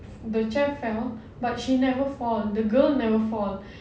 the chair fell but she never fall the girl never fall